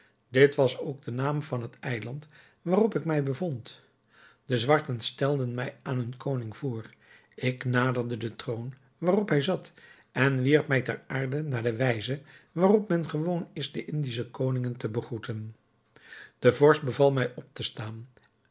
dit was ook de naam van het eiland waarop ik mij bevond de zwarten stelden mij aan hun koning voor ik naderde den troon waarop hij zat en wierp mij ter aarde naar de wijze waarop men gewoon is de indische koningen te begroeten de vorst beval mij op te staan